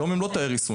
היום הם לא תאי ריסון,